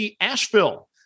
Asheville